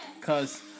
Cause